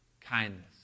kindness